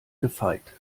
gefeit